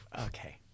Okay